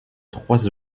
trois